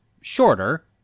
shorter